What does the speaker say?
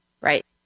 Right